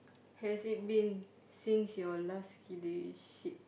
has it been since your last relationship